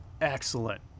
excellent